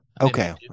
Okay